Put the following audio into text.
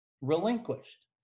relinquished